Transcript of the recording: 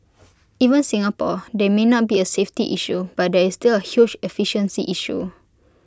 even Singapore they may not be A safety issue but there is still A huge efficiency issue